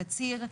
תצהיר.